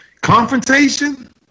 confrontation